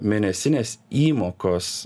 mėnesinės įmokos